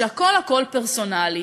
שהכול הכול פרסונלי.